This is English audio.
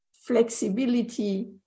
flexibility